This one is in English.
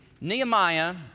Nehemiah